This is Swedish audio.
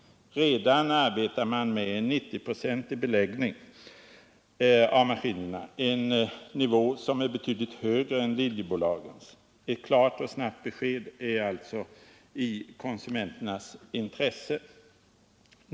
Redan arbetar man med en 90-procentig beläggning av maskinerna, en nivå som är betydligt högre än linjebolagens. 5 Ett klart och snabbt besked är alltså i konsumenternas intresse.